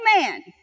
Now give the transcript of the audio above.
man